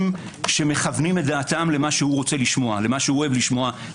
אנשים שמכוונים את דעתם למה שהוא אוהב לשמוע.